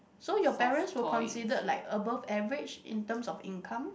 so your parents will consider like above average in terms of income